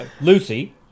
Lucy